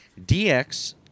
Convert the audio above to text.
DX